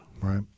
Right